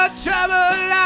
trouble